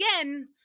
again